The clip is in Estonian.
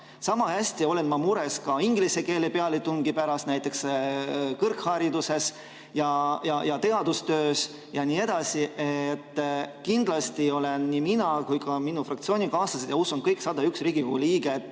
Sama palju olen ma mures ka inglise keele pealetungi pärast näiteks kõrghariduses ja teadustöös. Kindlasti olen nii mina kui on ka minu fraktsioonikaaslased ja usun, et kõik 101 Riigikogu liiget